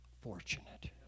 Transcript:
fortunate